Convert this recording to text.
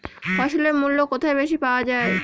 ফসলের মূল্য কোথায় বেশি পাওয়া যায়?